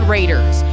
Raiders